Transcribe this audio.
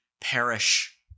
perish